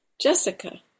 Jessica